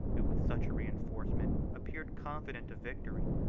who, with such a reenforcement, appeared confident of victory,